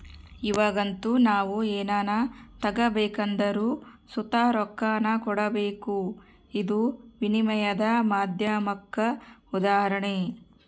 ಇವಾಗಂತೂ ನಾವು ಏನನ ತಗಬೇಕೆಂದರು ಸುತ ರೊಕ್ಕಾನ ಕೊಡಬಕು, ಇದು ವಿನಿಮಯದ ಮಾಧ್ಯಮುಕ್ಕ ಉದಾಹರಣೆ